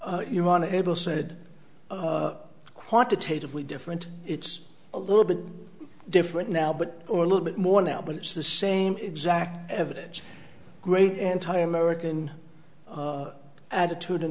to able said quantitatively different it's a little bit different now but or a little bit more now but it's the same exact evidence great anti american attitude in